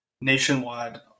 nationwide